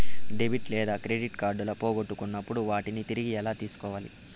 debit లేదా credit కార్డులు పోగొట్టుకున్నప్పుడు వాటిని తిరిగి ఎలా తీసుకోవాలి